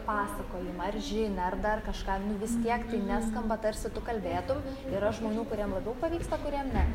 pasakojimą ar žinią ar dar kažką nu vis tiek tai neskamba tarsi tu kalbėtum yra žmonių kuriem labiau pavyksta kuriem ne